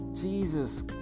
Jesus